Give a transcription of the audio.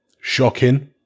shocking